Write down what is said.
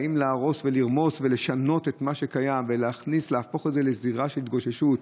באים להרוס ולרמוס ולשנות את מה שקיים ולהפוך את זה לזירה של התגוששות,